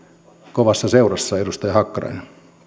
kovassa seurassa edustaja hakkarainen